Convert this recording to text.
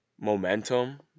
momentum